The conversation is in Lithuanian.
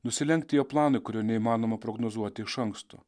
nusilenkti jo planui kurio neįmanoma prognozuoti iš anksto